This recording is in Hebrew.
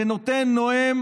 ונותן נאום